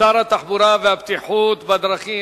שר התחבורה והבטיחות בדרכים.